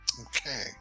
Okay